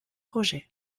projet